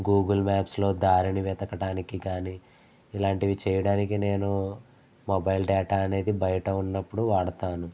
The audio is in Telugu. గూగుల్ మ్యాప్స్లో దారిని వెతకడానికి కానీ ఇలాంటివి చేయడానికి నేను మొబైల్ డేటా అనేది బయట ఉన్నప్పుడు వాడుతాను